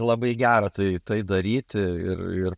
labai gera tai tai daryti ir